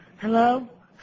Hello